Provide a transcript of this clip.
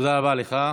תודה רבה לך.